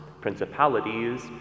principalities